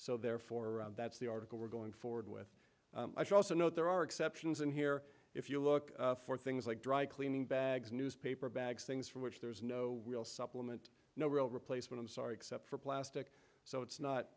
so therefore that's the article we're going forward with i should also note there are exceptions in here if you look for things like dry cleaning bags newspaper bags things for which there's no real supplement no real replacement i'm sorry except for plastic so it's not